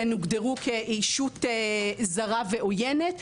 והן הוגדרו כישות זרה ועוינת,